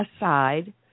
aside